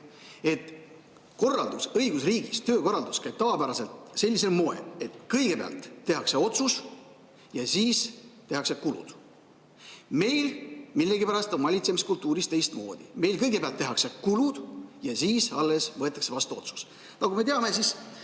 töökorraldus õigusriigis käib tavapäraselt sellisel moel, et kõigepealt tehakse otsus ja siis tehakse kulud. Meil millegipärast on valitsemiskultuuris teistmoodi: meil kõigepealt tehakse kulud ja siis alles võetakse vastu otsus. Nagu me teame, siis